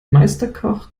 meisterkoch